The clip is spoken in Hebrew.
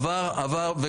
אופיר, אתה בקריאה ראשונה.